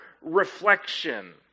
reflection